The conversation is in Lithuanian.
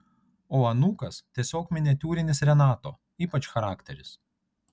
o anūkas tiesiog miniatiūrinis renato ypač charakteris